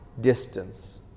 distance